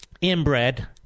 inbred